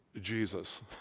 Jesus